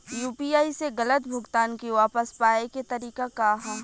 UPI से गलत भुगतान के वापस पाये के तरीका का ह?